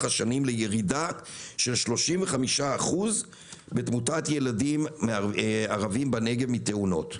השנים לירידה של 35% בתמותת ילדים ערבים בנגב מתאונות.